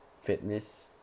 fitness